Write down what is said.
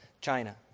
China